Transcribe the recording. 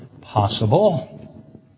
possible